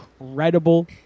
incredible